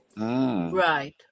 right